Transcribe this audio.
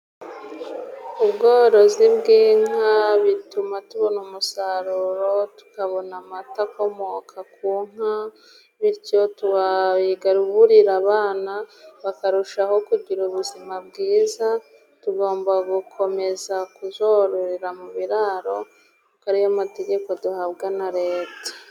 Ubworozi bw'inka bituma tubona umusaruro, tukabona amata akomoka ku nka, bityo twabigaburira abana bakarushaho kugira ubuzima bwiza. Tugomba gukomeza kuzororera mu biraro kuri ariyo mategeko duhabwa na Leta.